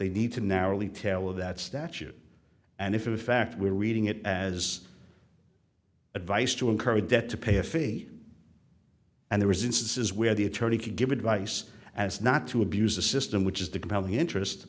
they need to narrowly tale of that statute and if in fact we're reading it as advice to encourage debt to pay a fee and there is instances where the attorney can give advice as not to abuse a system which is the compelling interest